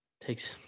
takes